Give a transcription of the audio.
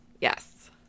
Yes